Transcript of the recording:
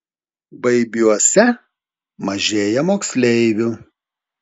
baibiuose mažėja moksleivių